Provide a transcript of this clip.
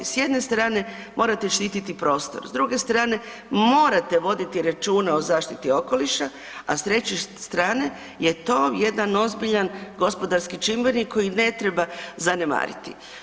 S jedne strane, morate štititi prostor, s druge strane, morate voditi računa o zaštiti okoliša, s treće strane je to jedan ozbiljan gospodarski čimbenik koji ne treba zanemariti.